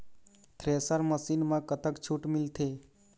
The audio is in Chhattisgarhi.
थ्रेसर मशीन म कतक छूट मिलथे?